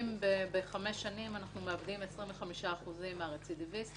אמרנו שבחמש שנים אנחנו מאבדים 25% מהרצידיביסטים.